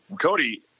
Cody